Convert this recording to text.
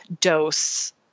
dose